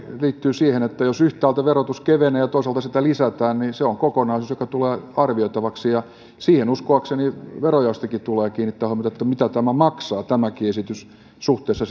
liittyy siihen että jos yhtäältä verotus kevenee ja toisaalta sitä lisätään niin se on se kokonaisuus joka tulee arvioitavaksi ja siihen uskoakseni verojaostonkin tulee kiinnittää huomiota mitä tämäkin esitys maksaa suhteessa